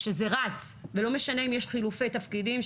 ושזה ירוץ לא משנה אם יש חילופי תפקידים.